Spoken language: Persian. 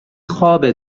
خوابه